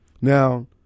Now